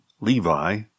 Levi